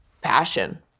passion